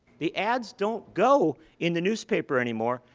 the ads don't go in the newspaper anymore.